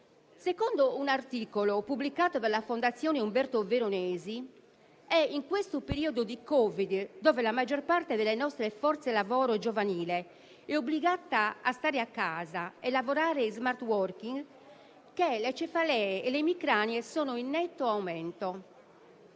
Secondo un articolo pubblicato dalla Fondazione Umberto Veronesi, è in questo periodo di Covid, durante il quale la maggior parte della nostra forza lavoro giovanile è obbligata a stare a casa e a lavorare in *smart working*, che le cefalee e le emicranie sono in netto aumento.